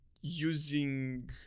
using